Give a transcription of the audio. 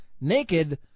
naked